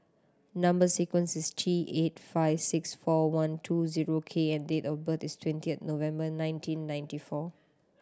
number sequence is T eight five six four one two zero K and date of birth is twentieth November nineteen ninety four